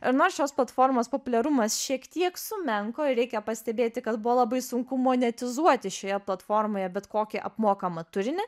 ir nors šios platformos populiarumas šiek tiek sumenko ir reikia pastebėti kad buvo labai sunku monetizuoti šioje platformoje bet kokį apmokamą turinį